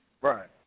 Right